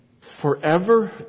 forever